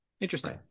Interesting